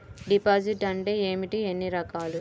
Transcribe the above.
Deposit అంటే ఏమిటీ ఎన్ని రకాలు?